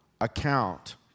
account